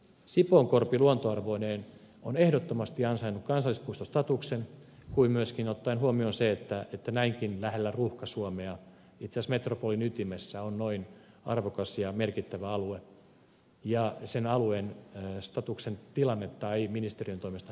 sipoonkorpi luontoarvoineen on ehdottomasti ansainnut kansallispuistostatuksen myöskin ottaen huomioon sen että näinkin lähellä ruuhka suomea itse asiassa metropolin ytimessä on noin arvokas ja merkittävä alue mutta sen alueen statuksen tilannetta ei ministeriön toimesta haluta muuttaa